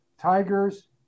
Tigers